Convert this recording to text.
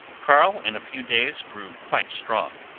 carl in a few days grew quite strong,